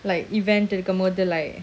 like event இருக்கும்போது:irukumpothu like